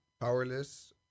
powerless